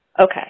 Okay